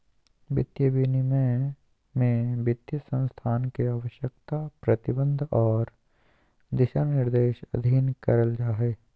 वित्तीय विनियमन में वित्तीय संस्थान के आवश्यकता, प्रतिबंध आर दिशानिर्देश अधीन करल जा हय